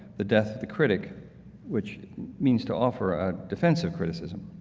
the death the critic which means to offer a defense of criticism.